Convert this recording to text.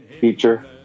feature